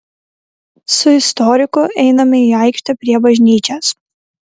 su istoriku einame į aikštę prie bažnyčios